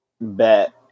bet